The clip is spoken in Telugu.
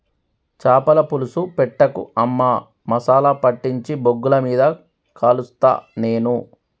చాపల పులుసు పెట్టకు అమ్మా మసాలా పట్టించి బొగ్గుల మీద కలుస్తా నేను